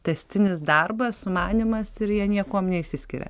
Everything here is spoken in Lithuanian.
tęstinis darbas sumanymas ir jie niekuom neišsiskiria